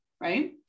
right